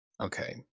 Okay